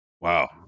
Wow